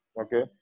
Okay